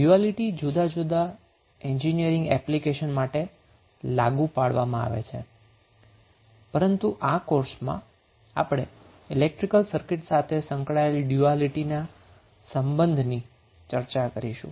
duality જુદી જુદી engineering application માટે લાગુ પાડવામાં આવે છે પરંતુ આ કોર્સમાં આપણે ઈલેક્ટ્રીકલ સર્કિટ સાથે સંકળાયેલ ડયુઆલીટીના સંબંધની ચર્ચા કરીશું